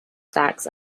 stax